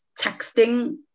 texting